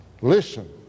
Listen